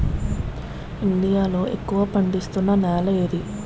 India లో ఎక్కువ పండిస్తున్నా నేల ఏది?